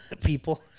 people